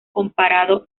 comparado